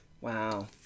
Wow